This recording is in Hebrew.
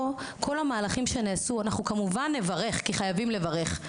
אנחנו גם נברך כי חייבים לברך,